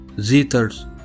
Zither's